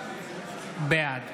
בעד